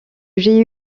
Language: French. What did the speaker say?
j’aie